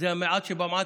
אז זה המעט שבמעט,